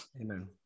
Amen